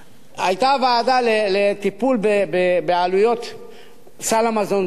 היתה ועדה לטיפול בעלויות סל המזון בישראל.